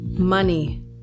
money